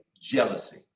Jealousy